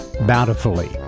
bountifully